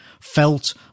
felt